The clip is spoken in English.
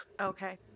Okay